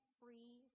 free